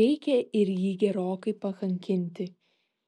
reikia ir jį gerokai pakankinti